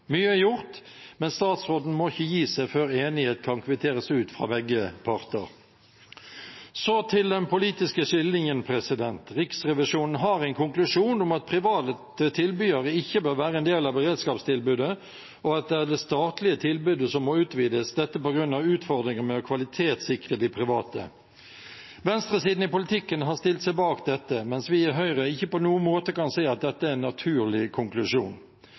Mye er gjort, men statsråden må ikke gi seg før enighet kan kvitteres ut fra begge parter. Så til den politiske skillelinjen: Riksrevisjonen har en konklusjon om at private tilbydere ikke bør være en del av beredskapstilbudet, og at det er det statlige tilbudet som må utvides – dette på grunn av utfordringer med å kvalitetssikre de private. Venstresiden i politikken har stilt seg bak dette, mens vi i Høyre ikke på noen måte kan se at dette er en naturlig konklusjon.